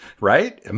right